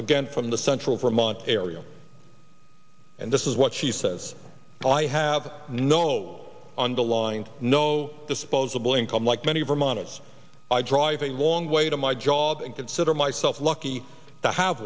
again from the central vermont area and this is what she says i have no on the line no disposable income like many vermonters i drive a long way to my job and consider myself lucky to have